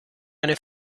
eine